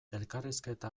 elkarrizketa